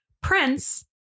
Prince